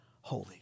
holy